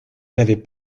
n’avais